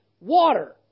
water